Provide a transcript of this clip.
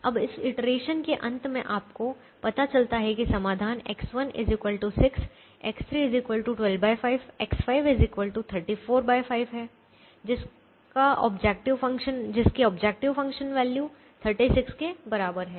अब इस इटरेशन के अंत में आपको पता चलता है कि समाधान X1 6 X3 125 X5 345 है जिसकी ऑब्जेक्टिव फ़ंक्शन वैल्यू 36 के बराबर है